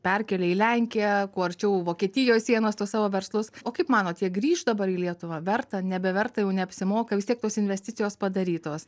perkėlė į lenkiją kuo arčiau vokietijos sienos tuos savo verslus o kaip manot jie grįš dabar į lietuvą verta nebeverta jau neapsimoka vis tiek tos investicijos padarytos